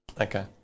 Okay